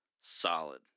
solid